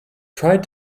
tried